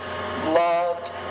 loved